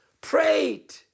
prayed